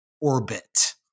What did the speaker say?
orbit